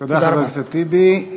תודה, חבר הכנסת טיבי.